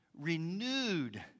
renewed